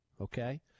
Okay